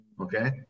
okay